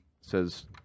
says